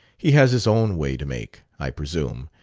he has his own way to make, i presume,